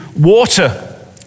water